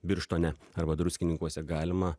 birštone arba druskininkuose galima